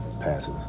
passes